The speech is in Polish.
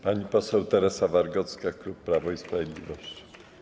Pani poseł Teresa Wargocka, klub Prawo i Sprawiedliwość.